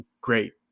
great